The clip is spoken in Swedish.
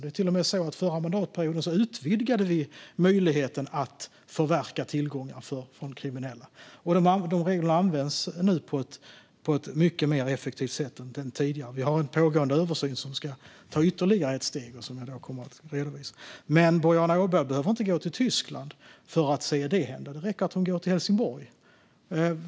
Det är till och med så att vi under den förra mandatperioden utvidgade möjligheterna att förverka tillgångar för de kriminella. Dessa regler används nu på ett mycket mer effektivt sätt än tidigare. Vi har en pågående översyn som ska ta ytterligare ett steg och som jag kommer att redovisa. Men Boriana Åberg behöver inte gå till Tyskland för att se detta. Det räcker att hon går till Helsingborg.